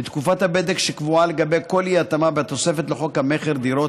לתקופת הבדק שקבועה לגבי כל אי-התאמה בתוספת לחוק המכר (דירות),